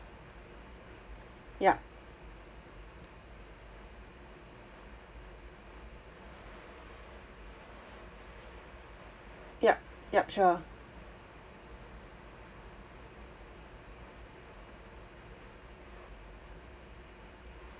yup yup yup sure